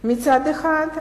מצד אחד,